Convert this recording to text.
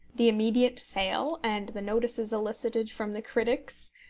the immediate sale, and the notices elicited from the critics,